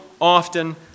often